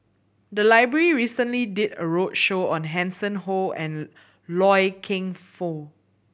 the library recently did a roadshow on Hanson Ho and Loy Keng Foo